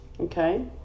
okay